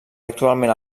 actualment